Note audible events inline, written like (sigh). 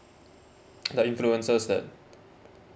(noise) that influences that